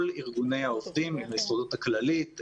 ארגוני העובדים עם ההסתדרות הכללית,